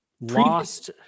lost